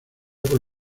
por